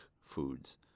foods